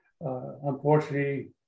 Unfortunately